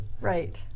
right